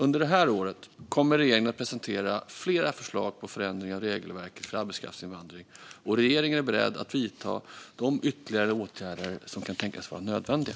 Under det här året kommer regeringen att presentera fler förslag på förändringar av regelverket för arbetskraftsinvandring, och regeringen är beredd att vidta de ytterligare åtgärder som kan tänkas vara nödvändiga.